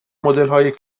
مدلهای